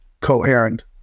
Coherent